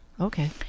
Okay